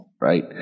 right